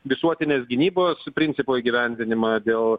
visuotinės gynybos principo įgyvendinimą dėl